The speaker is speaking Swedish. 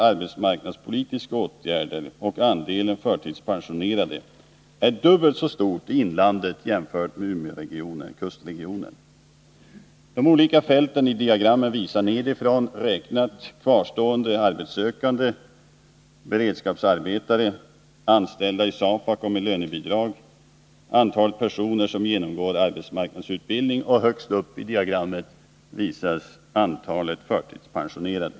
arbetsmarknadspolitiska åtgärder och andelen förtidspensionerade är dubbelt så stor i inlandet som i kustregionen. De olika fälten i diagrammet visar nedifrån räknat kvarstående arbetssökande, beredskapsarbetare, anställda i SAFAC och med lönebidrag, antalet personer som genomgår arbetsmarknadsutbildning och högst upp antalet förtidspensionerade.